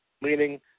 meaning